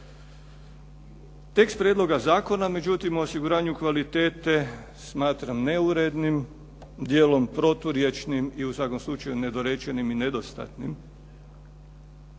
Tekst prijedloga zakona, međutim o osiguranju kvalitete smatram neurednim, dijelom proturječnim i u svakom slučaju nedorečenim i nedostatnim.